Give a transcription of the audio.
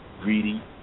greedy